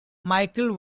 michael